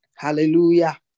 Hallelujah